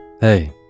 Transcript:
Hey